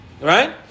Right